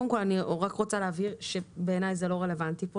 קודם כל אני רק רוצה להבהיר שבעיני זה לא רלוונטי פה,